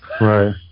Right